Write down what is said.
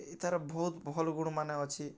ଇ ତା'ର୍ ବହୁତ୍ ଭଲ୍ ଗୁଣ୍ମାନେ ଅଛେ